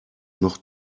noch